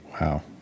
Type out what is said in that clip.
wow